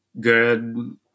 good